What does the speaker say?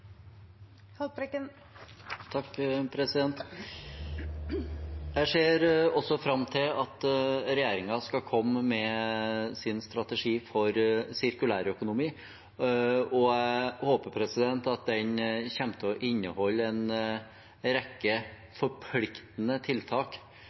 Jeg ser også fram til at regjeringen skal komme med sin strategi for sirkulærøkonomi, og jeg håper at den kommer til å inneholde en